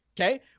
Okay